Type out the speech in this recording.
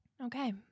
Okay